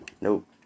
Nope